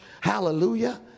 Hallelujah